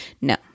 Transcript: No